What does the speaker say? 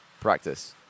practice